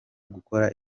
gukora